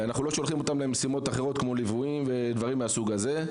אנחנו לא שולחים אותם למשימות אחרות כמו ליוויים ודברים מהסוג הזה.